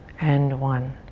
and one.